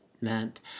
meant